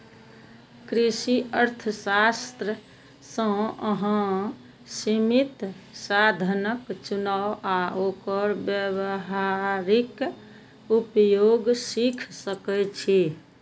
कृषि अर्थशास्त्र सं अहां सीमित साधनक चुनाव आ ओकर व्यावहारिक उपयोग सीख सकै छी